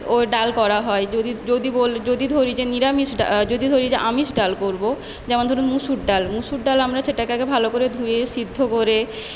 ঐ ডাল করা হয় যদি বলি যদি ধরি যে নিরামিষ ডাল যদি ধরি যে আমিষ ডাল করবো যেমন ধরুন মুসুর ডাল মুসুর ডাল আমরা সেটাকে আগে ভালো করে ধুয়ে সিদ্ধ করে